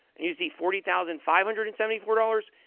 and you see forty thousand five hundred and seventy four dollars.